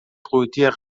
قوطی